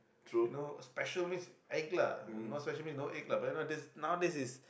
you know special means egg lah no special means no egg lah but then you know nowadays but nowadays is